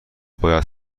باید